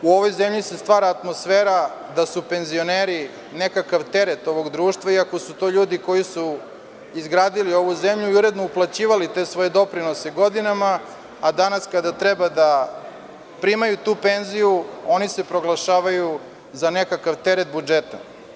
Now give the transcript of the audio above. U ovoj zemlji se stvara atmosfera da su penzioneri nekakav teret ovog društva iako su to ljudi koji su izgradili ovu zemlju i uredno uplaćivali te svoje doprinose godinama, a danas kada treba da primaju tu penziju oni se proglašavaju za nekakv teret budžeta.